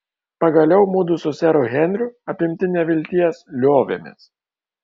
pagaliau mudu su seru henriu apimti nevilties liovėmės